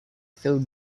film